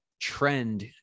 trend